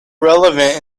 relevant